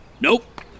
Nope